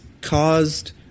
caused